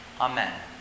Amen